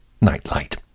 Nightlight